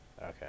Okay